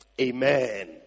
Amen